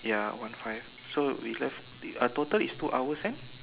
ya one five so we left the uh total is two hours and